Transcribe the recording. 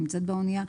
נמצאת באנייה,